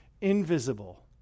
invisible